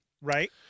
Right